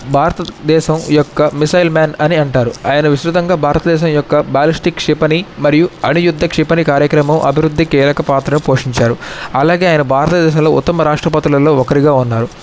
భారతదేశం యొక్క missile man అని అంటారు ఆయన విస్తృతంగా భారతదేశం యొక్క బాలిస్టిక్ క్షిపణి మరియు అణుయుద్ద క్షిపణి కార్యక్రమం అభివృద్ధి కీలక పాత్ర పోషించారు అలాగే ఆయన భారతదేశంలో ఉత్తమ రాష్ట్రపతులలో ఒక్కరుగా ఉన్నారు